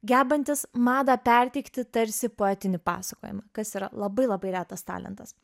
gebantis madą perteikti tarsi poetinį pasakojimą kas yra labai labai retas talentas